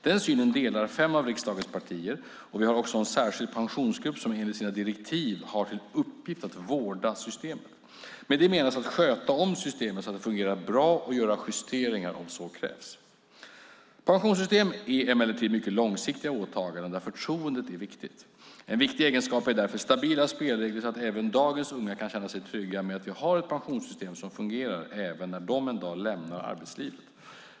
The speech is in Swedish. Den synen delar fem av riksdagens partier, och vi har också en särskild pensionsgrupp som enligt sina direktiv har till uppgift att vårda systemet. Med det menas att sköta om systemet så att det fungerar bra och göra justeringar om så krävs. Pensionssystem är emellertid mycket långsiktiga åtaganden där förtroendet är viktigt. En viktig egenskap är därför stabila spelregler så att även dagens unga kan känna sig trygga med att vi har ett pensionssystem som fungerar även när de en dag lämnar arbetslivet.